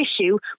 issue